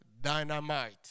dynamite